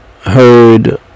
heard